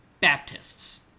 Baptists